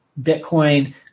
Bitcoin